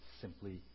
Simply